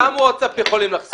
גם ווטסאפ יכולים לחסום.